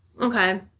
Okay